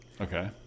Okay